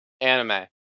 Anime